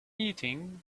eating